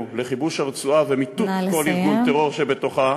לכיבוש הרצועה ולניתוק כל ארגון טרור שבתוכה,